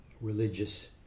religious